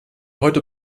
heute